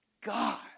God